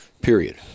period